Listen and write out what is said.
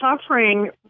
suffering